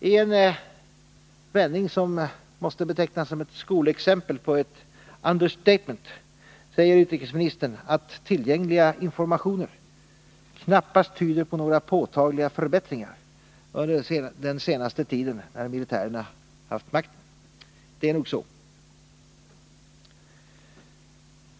I en vändning, som måste betecknas som ett skolexempel på ett ”understatement”, säger utrikesministern att tillgängliga informationer ”knappast tyder på några påtagliga förbättringar” under den senaste tiden med militärerna vid makten. Det är nog så.